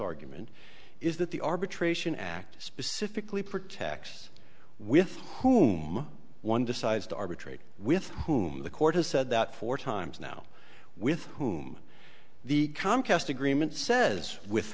argument is that the arbitration act specifically pretax with whom one decides to arbitrate with whom the court has said that four times now with whom the comcast agreement says with